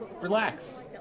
relax